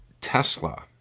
Tesla